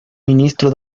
ministro